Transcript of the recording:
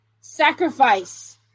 Sacrifice